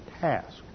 task